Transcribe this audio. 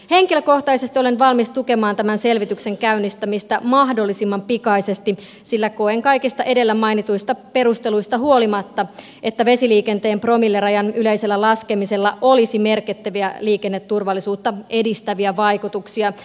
henkilökohtaisesti olen valmis tukemaan tämän selvityksen käynnistämistä mahdollisimman pikaisesti sillä koen kaikista edellä mainituista perusteluista huolimatta että vesiliikenteen promillerajan yleisellä laskemisella olisi merkittäviä liikenneturvallisuutta edistäviä vaikutuksia